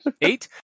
eight